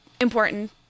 important